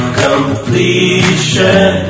completion